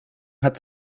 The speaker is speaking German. hat